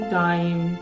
time